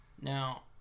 Now